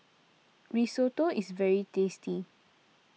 Risotto is very tasty